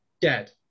Dead